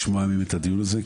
לשמוע מהם את הדיון הזה.